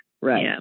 Right